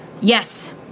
Yes